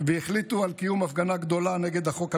והחליטו על קיום הפגנה גדולה נגד החוק המתגבש,